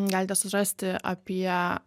galite susirasti apie